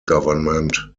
government